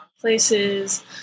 places